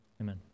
amen